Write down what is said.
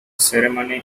ceremony